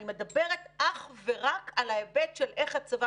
אני מדברת אך ורק על ההיבט של איך הצבא